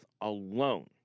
alone